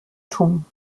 tun